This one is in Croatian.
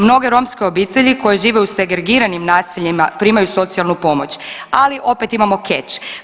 Mnoge romske obitelji koje žive u segregiranim naseljima primaju socijalnu pomoć, ali opet imamo catsh.